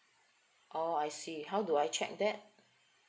oh I see how do I check that